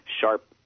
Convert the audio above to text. sharp